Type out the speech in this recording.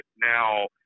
now